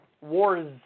Wars